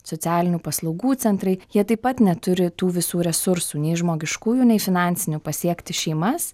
socialinių paslaugų centrai jie taip pat neturi tų visų resursų nei žmogiškųjų nei finansinių pasiekti šeimas